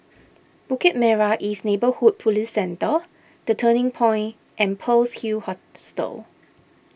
Bukit Merah East Neighbourhood Police Centre the Turning Point and Pearl's Hill Hostel